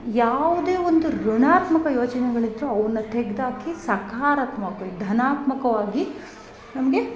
ಯಾವುದೇ ಒಂದು ಋಣಾತ್ಮಕ ಯೋಚನೆಗಳಿದ್ರು ಅವುನ್ನ ತೆಗ್ದಾಕಿ ಸಕಾರಾತ್ಮಕ ಧನಾತ್ಮಕವಾಗಿ ನಮಗೆ